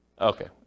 Okay